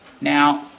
Now